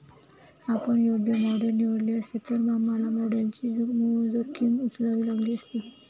आपण योग्य मॉडेल निवडले नसते, तर आम्हाला मॉडेलची जोखीम उचलावी लागली असती